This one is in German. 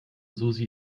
susi